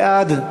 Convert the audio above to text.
בעד,